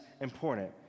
important